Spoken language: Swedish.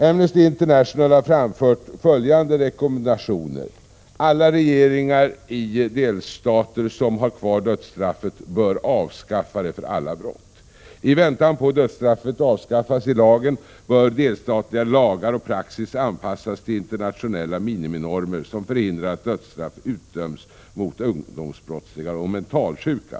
Amnesty International har framfört följande rekommendation. s Alla regeringar i delstater som har kvar dödsstraffet bör avskaffa det för alla brott. B I väntan på att dödsstraffet avskaffas i lagen bör delstatliga lagar och praxis anpassas till internationella miniminormer som hindrar att dödsstraff utdöms mot ungdomsbrottslingar och mentalsjuka.